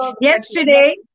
Yesterday